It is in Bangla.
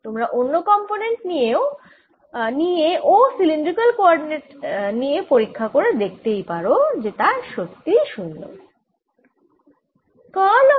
তোমরা অন্য কম্পোনেন্ট নিয়ে ও সিলিন্ড্রিকাল কোঅরডিনেট নিয়ে পরীক্ষা করে দেখতেই পারো যে তারা সত্যি 0